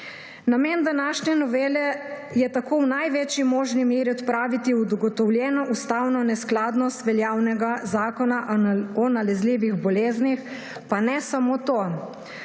Namen današnje novele je tako v največji možni meri odpraviti ugotovljeno ustavno neskladnost veljavnega Zakona o nalezljivih boleznih, pa ne samo to.